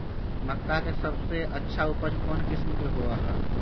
मक्का के सबसे अच्छा उपज कौन किस्म के होअ ह?